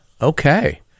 Okay